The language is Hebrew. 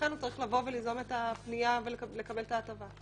ולכן הוא צריך ליזום את הפנייה ולקבל את ההטבה.